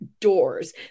doors